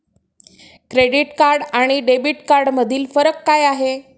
Credit card आणि debit कार्डमधील फरक काय आहे?